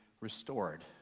restored